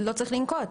לא צריך לנקוט.